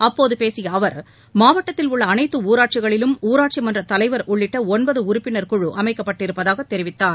அப்போது பேசிய அவர் மாவட்டத்தில் உள்ள அனைத்து ஊராட்சிகளிலும் ஊராட்சி மன்றத் தலைவர் உள்ளிட்ட ஒன்பது உறுப்பினர் குழு அமைக்கப்பட்டிருப்பதாக தெரிவித்தார்